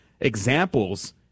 examples